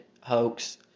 hoax